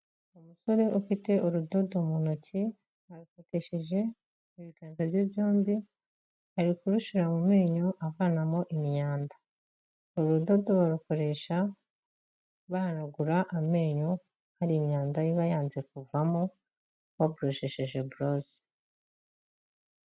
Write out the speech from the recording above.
Umusore ufite urudodo mu ntoki arufatishije ibiganza bye byombi ari kurushyira mu menyo avanamo imyanda. Urudodo barukoresha bahanagura amenyo hari imyanda iba yanze kuvamo, baboroshesheje borose.